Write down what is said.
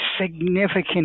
significant